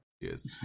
yes